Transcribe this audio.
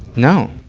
no.